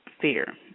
fear